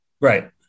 Right